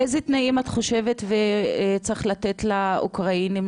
איזה תנאים את חושבת שצריך לתת לאוקראינים,